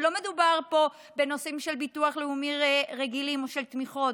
ולא מדובר פה בנושאים של ביטוח לאומי רגילים או של תמיכות,